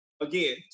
again